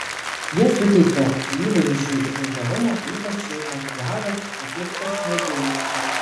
jie suteikia įvaizdžiui vulgarumo ypač jei makiažas atliktas mėgėjiškai